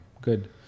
good